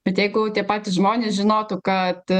bet jeigu tie patys žmonės žinotų kad